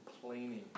complaining